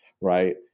right